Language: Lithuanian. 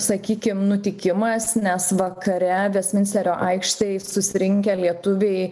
sakykim nutikimas nes vakare vestminsterio aikštėj susirinkę lietuviai